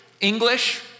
English